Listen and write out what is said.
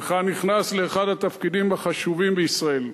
הינך נכנס לאחד התפקידים החשובים בישראל.